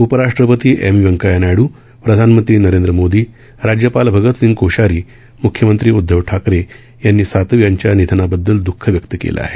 उपराष्ट्रपती एम व्यकय्या नायडू प्रधानमंत्री नरेंद्र मोदी राज्यपाल भगतसिंग कोश्यारी म्ख्यमंत्री उद्धव ठाकरे यांनी सातव यांच्या निधनाबद्दल द्रःख व्यक्त केलं आहे